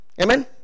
Amen